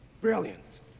Brilliant